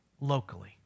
locally